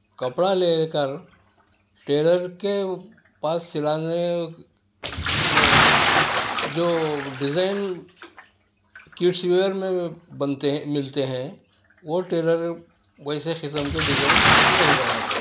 کپڑا لے لے کر ٹیلر کے پاس سلانے میں جو ڈیزائن کیڈس کڈس ویئر میں بنتے ملتے ہیں وہ ٹیلر ویسے قسم کے ڈیزائن نہیں بنا سکتے